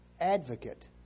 advocate